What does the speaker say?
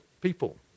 people